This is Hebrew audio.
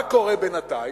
מה קורה בינתיים?